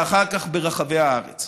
ואחר כך ברחבי הארץ.